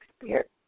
experience